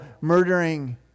murdering